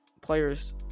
players